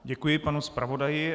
Děkuji panu zpravodaji.